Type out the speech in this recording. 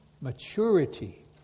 Maturity